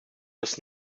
was